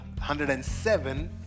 107